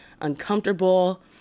uncomfortable